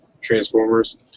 Transformers